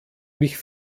mich